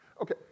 Okay